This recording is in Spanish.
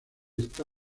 está